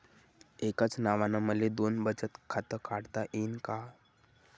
एकाच नावानं मले दोन बचत खातं काढता येईन का?